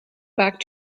back